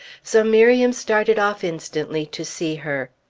so miriam started off instantly to see her.